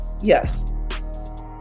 Yes